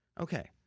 Okay